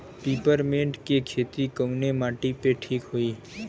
Peppermint के खेती कवने माटी पे ठीक होई?